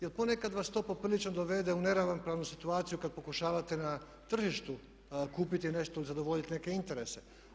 Jer ponekad vas to poprilično dovede u neravnopravnu situaciju kad pokušavate na tržištu kupiti nešto i zadovoljiti neke interese.